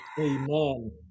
Amen